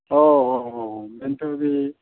औ औ औ बेखौनोथ' बि